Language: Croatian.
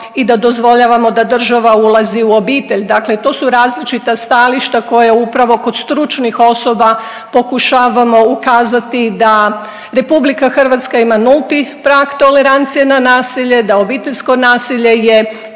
i da dozvoljavamo da država ulazi u obitelj, dakle to su različita stajališta koja upravo kod stručnih osoba pokušavamo ukazati da Republika Hrvatska ima nulti prag tolerancije na nasilje, da obiteljsko nasilje je